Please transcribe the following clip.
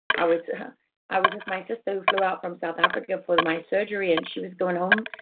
i was i was with my sister, who flew out from south africa for my surgery, and she was going home,